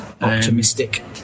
Optimistic